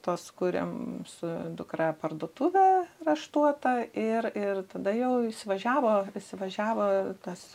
tas kuriam su dukra parduotuvę raštuotą ir ir tada jau įsivažiavo įsivažiavo tas